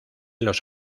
los